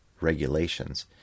regulations